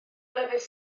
lefydd